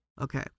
Okay